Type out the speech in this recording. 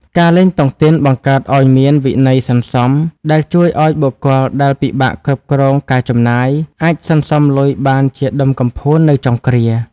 ការលេងតុងទីនបង្កើតឱ្យមាន "វិន័យសន្សំ" ដែលជួយឱ្យបុគ្គលដែលពិបាកគ្រប់គ្រងការចំណាយ អាចសន្សំលុយបានជាដុំកំភួននៅចុងគ្រា។